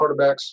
quarterbacks